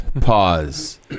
Pause